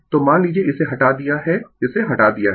तो मान लीजिए इसे हटा दिया है इसे हटा दिया है